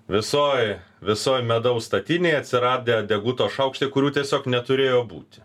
visoj visoj medaus statinėj atsiradę deguto šaukštai kurių tiesiog neturėjo būti